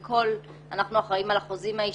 אנחנו אחראים על החוזים האישיים,